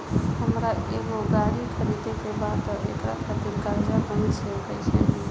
हमरा एगो गाड़ी खरीदे के बा त एकरा खातिर कर्जा बैंक से कईसे मिली?